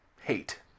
hate